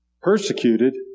Persecuted